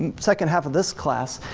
um second half of this class,